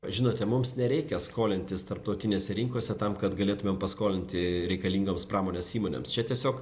žinote mums nereikia skolintis tarptautinėse rinkose tam kad galėtumėm paskolinti reikalingoms pramonės įmonėms čia tiesiog